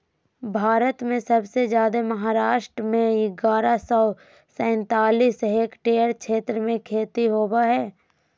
भारत में सबसे जादे महाराष्ट्र में ग्यारह सौ सैंतालीस हेक्टेयर क्षेत्र में खेती होवअ हई